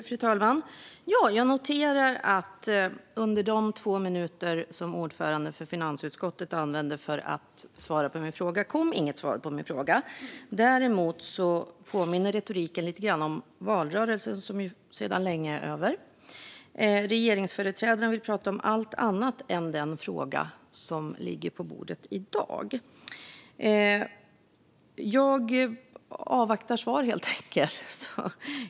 Fru talman! Jag noterar att under de två minuter som ordföranden för finansutskottet använde till att svara på min fråga kom inget svar på min fråga. Däremot påminner retoriken lite grann om valrörelsen, som ju sedan länge är över. Regeringsföreträdarna vill prata om allt annat än den fråga som ligger på bordet i dag. Jag avvaktar svaret, helt enkelt.